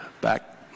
back